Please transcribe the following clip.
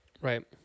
Right